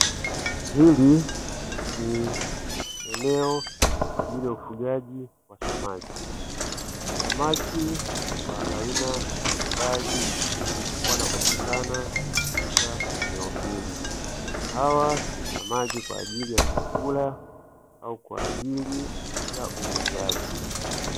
Hili ni eneo kwa ajili ya ufugaji wa samaki, samaki wa aina mbalimbali wanapatikana katika eneo hili, hawa ni samaki kwa ajili ya chakula au kwa ajili ya uuzaji.